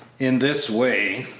in this way,